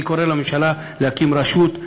אני קורא לממשלה להקים רשות,